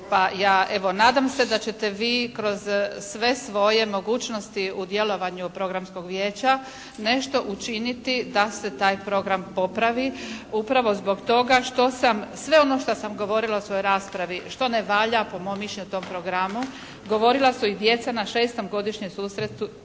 pa ja evo nadam se da ćete vi kroz sve svoje mogućnosti u djelovanju programskog vijeća nešto učiniti da se taj program popravi upravo zbog toga što sam sve ono šta sam govorila u svojoj raspravi što ne valja po mom mišljenju u tom programu, govorila su i djeca na 6. godišnjem susretu